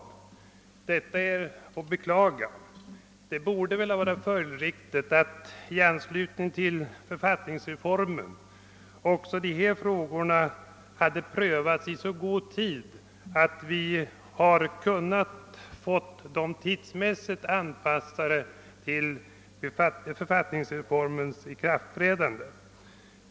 Detta är att beklaga. Det borde väl vara följdriktigt att i anslutning till författningsreformen också dessa frågor hade prövats i så god tid att vi kunnat få nya bestämmelser tidsmässigt anpassade till den nya författningens ikraftträdande.